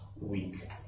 week